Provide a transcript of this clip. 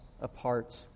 apart